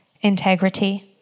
Integrity